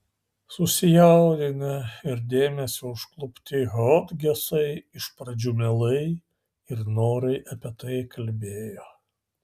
susijaudinę ir dėmesio užklupti hodgesai iš pradžių mielai ir noriai apie tai kalbėjo